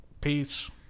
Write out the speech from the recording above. Peace